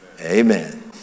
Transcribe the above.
amen